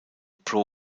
pro